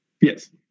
Yes